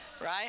Right